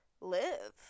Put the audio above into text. live